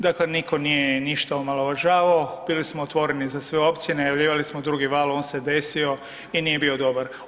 Dakle, niko nije ništa omalovažavao, bili smo otvoreni za sve opcije, najavljivali smo drugi val on se desio i nije bio dobar.